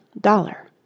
dollar